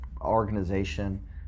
organization